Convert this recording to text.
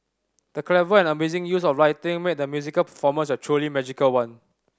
the clever and amazing use of lighting made the musical performance a truly magical one